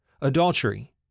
adultery